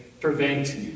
prevent